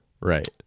Right